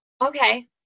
Okay